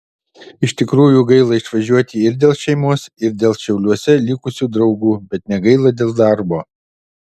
iš tikrųjų gaila išvažiuoti ir dėl šeimos ir dėl šiauliuose likusių draugų bet negaila dėl darbo